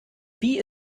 wie